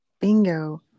bingo